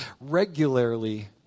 regularly